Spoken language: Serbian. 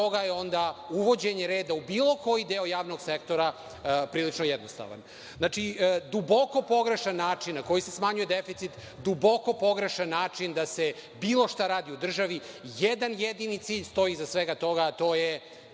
toga je onda uvođenje reda u bilo koji deo javnog sektora prilično jednostavan. Znači, duboko pogrešan način na koji se smanjuje deficit, duboko pogrešan način da se bilo šta radi u državi. Jedan jedini cilj stoji iza svega toga, a to je